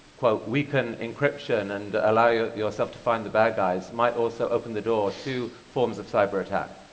weaken encryption, and allow yourself to find the bad guys, might also open the door to forms of cyberattack?